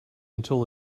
until